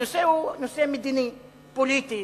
הנושא הוא נושא מדיני, פוליטי.